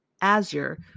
azure